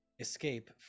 escape